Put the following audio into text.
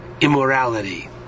immorality